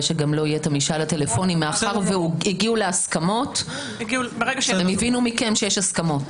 שגם לא יהיה משאל טלפוני מאחר שהבינו מכם שיש הסכמות.